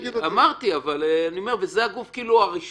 אמרתי אבל אני אומר שזה הגוף הרשמי,